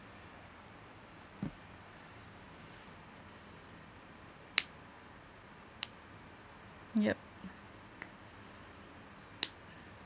yup